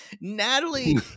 Natalie